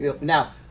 Now